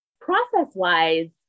Process-wise